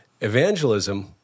evangelism